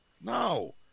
No